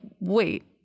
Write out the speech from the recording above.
wait